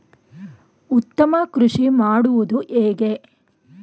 ಉತ್ತಮ ಕೃಷಿ ಮಾಡುವುದು ಹೇಗೆ?